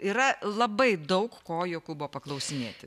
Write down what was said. yra labai daug ko jokūbo paklausinėti